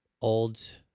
old